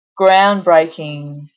groundbreaking